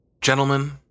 gentlemen